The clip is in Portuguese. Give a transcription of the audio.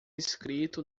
escrito